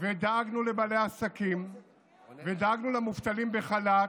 ודאגנו לבעלי עסקים ודאגנו למובטלים בחל"ת,